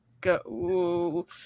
go